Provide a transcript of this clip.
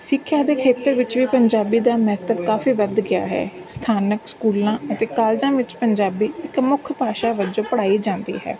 ਸਿੱਖਿਆ ਦੇ ਖੇਤਰ ਵਿੱਚ ਵੀ ਪੰਜਾਬੀ ਦਾ ਮਹੱਤਵ ਕਾਫ਼ੀ ਵੱਧ ਗਿਆ ਹੈ ਸਥਾਨਕ ਸਕੂਲਾਂ ਅਤੇ ਕਾਲਜਾਂ ਵਿੱਚ ਪੰਜਾਬੀ ਇੱਕ ਮੁੱਖ ਭਾਸ਼ਾ ਵਜੋਂ ਪੜ੍ਹਾਈ ਜਾਂਦੀ ਹੈ